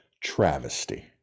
travesty